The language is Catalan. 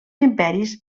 imperis